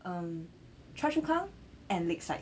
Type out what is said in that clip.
um chua chu kang and lakeside